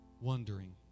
wondering